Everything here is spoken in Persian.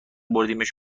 بردیمش